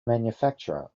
manufacturer